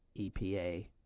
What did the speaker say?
EPA